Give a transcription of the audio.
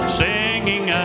singing